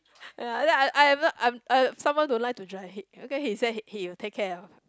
ya then I'm I'm I'm someone don't like to drive okay he say he will take care of